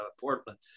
Portland